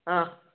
ꯑꯥ